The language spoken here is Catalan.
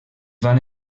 van